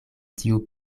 tiu